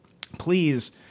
Please